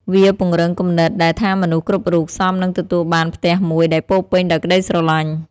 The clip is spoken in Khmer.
វាពង្រឹងគំនិតដែលថាមនុស្សគ្រប់រូបសមនឹងទទួលបានផ្ទះមួយដែលពោរពេញដោយក្ដីស្រឡាញ់។